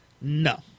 No